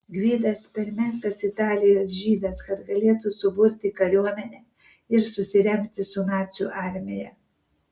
gvidas per menkas italijos žydas kad galėtų suburti kariuomenę ir susiremti su nacių armija